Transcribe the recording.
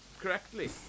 correctly